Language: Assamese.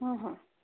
হু হু